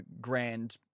grand